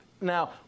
Now